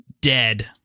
dead